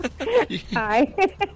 Hi